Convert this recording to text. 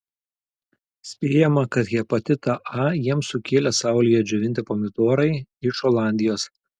spėjama kad hepatitą a jiems sukėlė saulėje džiovinti pomidorai iš olandijos